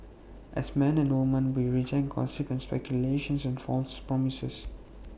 as men and women we reject gossip and speculation and false promises